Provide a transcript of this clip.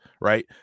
Right